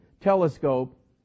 telescope